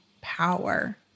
power